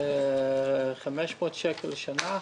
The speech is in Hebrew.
כ-500 שקלים לחודש.